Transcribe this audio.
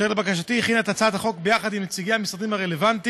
אשר לבקשתי הכינה את הצעת החוק ביחד עם נציגי המשרדים הרלוונטיים,